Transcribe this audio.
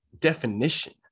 definition